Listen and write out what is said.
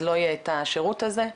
אז לא יהיה את השירות הזה,